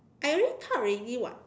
I already talk already [what]